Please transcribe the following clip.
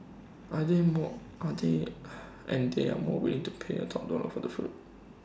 and they more and they and they are more willing to pay top dollar of the fruit